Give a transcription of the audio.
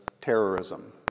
terrorism